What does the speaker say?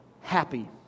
happy